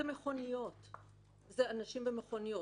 של המגע המיני תמורת